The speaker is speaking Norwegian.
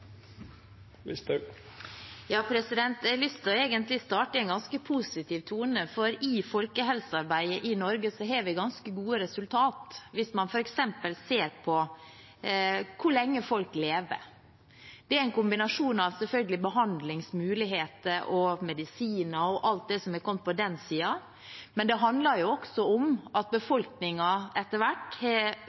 Jeg har lyst til å starte i en ganske positiv tone, for i folkehelsearbeidet i Norge har vi ganske gode resultater hvis man f.eks. ser på hvor lenge folk lever. Det er selvfølgelig en kombinasjon av behandlingsmuligheter, medisiner og alt som er kommet på den siden, men det handler også om at befolkningen etter hvert